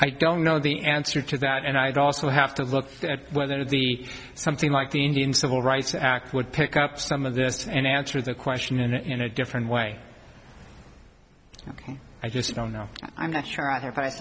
i don't know the answer to that and i'd also have to look at whether the something like the indian civil rights act would pick up some of this and answer the question and in a different way ok i just don't know i'm not sure